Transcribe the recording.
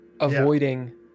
Avoiding